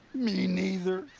me neither.